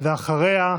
ואחריה,